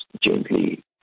gently